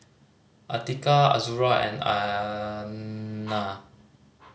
Atiqah Azura and Aina